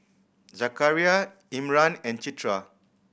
Zakaria Imran and Citra